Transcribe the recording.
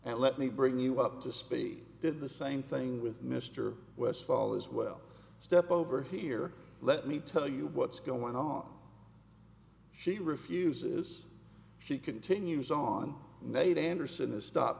and let me bring you up to speed did the same thing with mr westfall as well step over here let me tell you what's going on she refuses she continues on nate anderson is stop